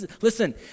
Listen